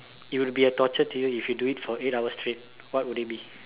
it will be a torture to you if you do it for eight hours straight what would it be